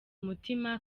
mutuma